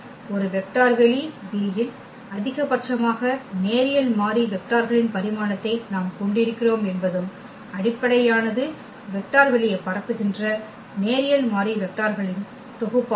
எனவே ஒரு வெக்டர் வெளி V இல் அதிகபட்சமாக நேரியல் மாறி வெக்டார்களின் பரிமாணத்தை நாம் கொண்டிருக்கிறோம் என்பதும் அடிப்படையானது வெக்டர் வெளியை பரப்புகின்ற நேரியல் மாறி வெக்டார்களின் தொகுப்பாகும்